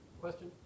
question